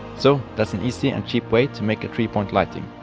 so that's an easy and cheap way to make a three-point lighting.